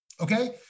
Okay